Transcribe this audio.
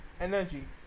Energy